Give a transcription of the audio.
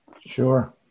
Sure